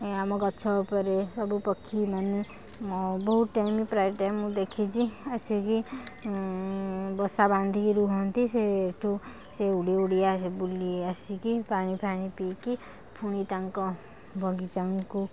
ଆମ ଗଛ ଉପରେ ସବୁ ପକ୍ଷୀ ମାନେ ବହୁତ୍ ଟାଇମ୍ ପ୍ରାୟ ଟାଇମ୍ ମୁଁ ଦେଖିଛି ଆସିକି ବସା ବାନ୍ଧିକି ରୁହନ୍ତି ସେଠୁ ସେ ଉଡ଼ି ଉଡ଼ି ବୁଲି ଆସିକି ପାଣି ଫାଣି ପିଇକି ଫୁଣି ତାଙ୍କ ବଗିଚା ଙ୍କୁ